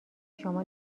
شما